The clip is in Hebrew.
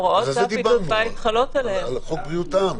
על זה דיברנו, על חוק בריאות העם.